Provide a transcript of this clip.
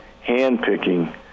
hand-picking